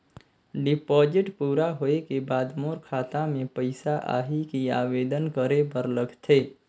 Deposit पूरा होय के बाद मोर खाता मे पइसा आही कि आवेदन करे बर लगथे?